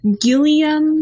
Gilliam